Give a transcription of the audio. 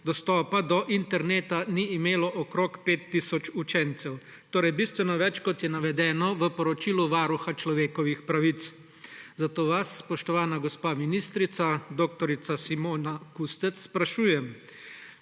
dostopa do interneta ni imelo okrog 5 tisoč učencev. Torej bistveno več, kot je navedeno v poročilu Varuha človekovih pravic. Zato vas, spoštovana gospa ministrica dr. Simona Kustec, sprašujem: